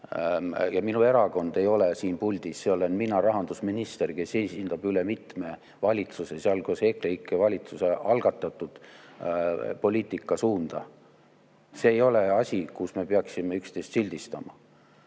ja minu erakond ei ole siin puldis, see olen mina, rahandusminister, kes esindab üle mitme valitsuse, sealhulgas EKREIKE valitsuse, algatatud poliitikasuunda. See ei ole asi, kus me peaksime üksteist sildistama.